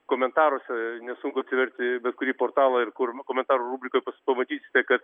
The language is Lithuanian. komentaruose nesunku atversti bet kurį portalą ir kur kometarų rubrikoj pamatysite kad